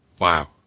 wow